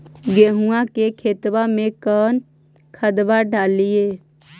गेहुआ के खेतवा में कौन खदबा डालिए?